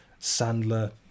Sandler